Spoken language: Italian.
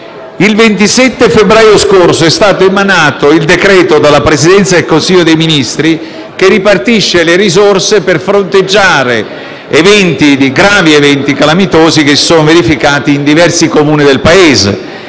Il 27 febbraio scorso è stato emanato il decreto del Presidente del Consiglio dei ministri che ripartisce le risorse per fronteggiare i gravi eventi calamitosi che si sono verificati in diversi Comuni del Paese;